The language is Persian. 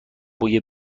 بوی